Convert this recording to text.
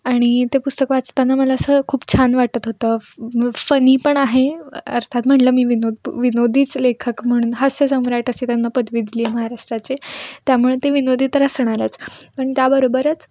आणि ते पुस्तक वाचताना मला असं खूप छान वाटत होतं फनी पण आहे अर्थात म्हटलं मी विनोद बु विनोदीच लेखक म्हणून हास्यसम्राट अशी त्यांना पदवी दिली आहे महाराष्ट्राची त्यामुळे ते विनोदी तर असणारच पण त्याबरोबरच